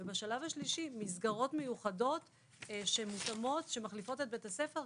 ובשלב השלישי מסגרות מיוחדות שמותאמות שמחליפות את בית הספר,